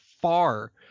far